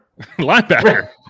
linebacker